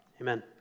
Amen